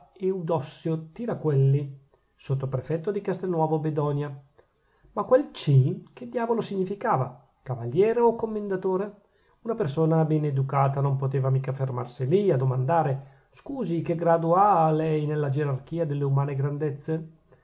eudossio tiraquelli sottoprefetto di castelnuovo bedonia ma quel c che diavolo significava cavaliere o commendatore una persona bene educata non poteva mica fermarsi lì a domandare scusi che grado ha lei nella gerarchia delle umane grandezze